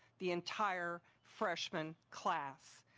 the entire freshman class.